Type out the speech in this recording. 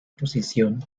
posición